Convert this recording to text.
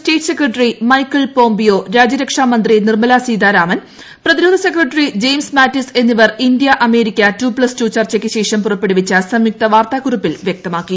state secretary Michael Pompeo രാജ്യരക്ഷാമന്ത്രി Nirmala Sitharaman പ്രതിരോധസെക്രട്ടറി James Mattis എന്നിവർ India America two plus two ചർച്ചയ്ക്ക് ശേഷം പുറപ്പെടുവിച്ച സംയുക്ത വാർത്താക്കുറിപ്പിൽ വൃക്തമാക്കി